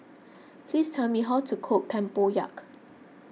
please tell me how to cook Tempoyak